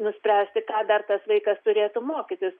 nuspręsti ką dar tas vaikas turėtų mokytis